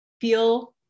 feel